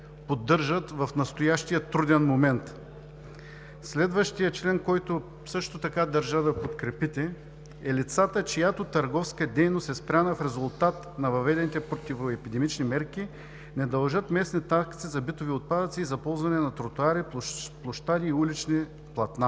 поддържат в настоящия труден момент. Следващият член, който също така държа да подкрепите, е за лицата, чиято търговска дейност е спряна в резултат на въведените противоепидемични мерки, да не дължат местни такси за битови отпадъци и за ползване на тротоари, площади и улични платна.